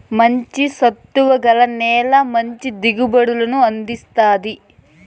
మంచి సత్తువ గల నేల మంచి దిగుబడులను అందిస్తాది